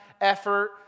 effort